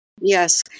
Yes